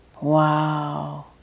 Wow